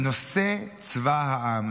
נושא צבא העם,